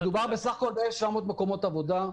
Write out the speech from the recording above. מדובר בסך-הכול ב-1,700 מקומות עבודה.